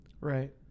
Right